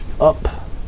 Up